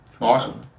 Awesome